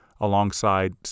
alongside